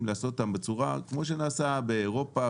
לעשות אותה בצורה כמו שנעשה באירופה,